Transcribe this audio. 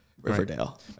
Riverdale